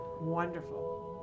Wonderful